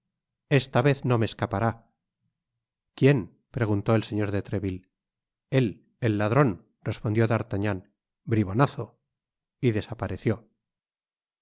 esta vez no me escapará quién preguntó el señor de treville él el ladron respondió d'artagnan bribonazo y desapareció el